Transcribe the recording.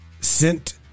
sent